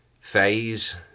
phase